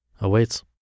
awaits